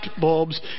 bulbs